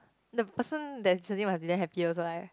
the person that's listening must be very happy also like